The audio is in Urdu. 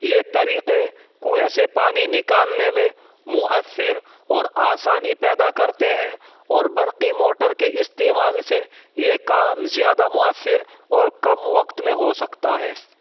یہ طریقے کوے سے پانی نکالنے میں مؤثر اور آسانی پیدا کرتے ہیں اور برقی موٹر کے استعمال سے یہ کام زیادہ مؤثر اور کم وقت میں ہو سکتا ہے